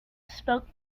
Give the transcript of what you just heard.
spoke